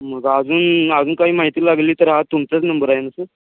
मग अजून अजून काही माहिती लागली तर हा तुमचाच नंबर आहे ना सर